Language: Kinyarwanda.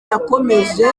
yakomoje